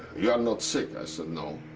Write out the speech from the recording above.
you are not sick. i said, no.